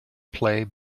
play